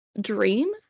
dream